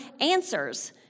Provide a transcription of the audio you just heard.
answers